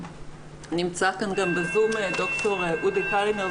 נמצא כאן בזום ד"ר אודי קלינר,